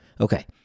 Okay